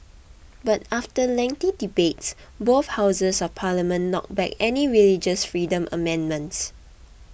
but after lengthy debates both houses of parliament knocked back any religious freedom amendments